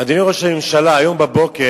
אדוני ראש הממשלה, היום בבוקר